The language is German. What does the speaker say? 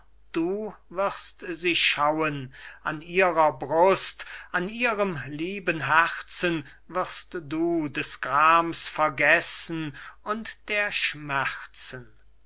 du wirst sie schauen an ihrer brust an ihrem lieben herzen wirst du des grams vergessen und der schmerzen